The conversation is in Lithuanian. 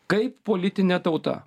kaip politinę tauta